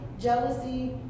jealousy